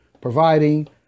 providing